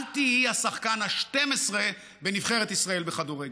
אל תהיי השחקן ה-12 בנבחרת ישראל בכדורגל.